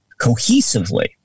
cohesively